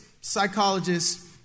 psychologists